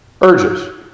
urges